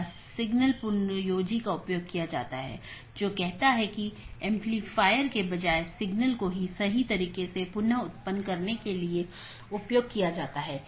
तो AS के भीतर BGP का उपयोग स्थानीय IGP मार्गों के विज्ञापन के लिए किया जाता है